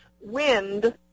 Wind